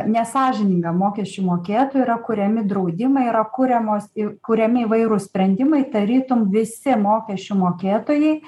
nesąžininga mokesčių mokėtojui yra kuriami draudimai yra kuriamos į kuriami įvairūs sprendimai tarytum visi mokesčių mokėtojai